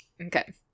Okay